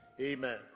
amen